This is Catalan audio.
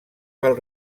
pel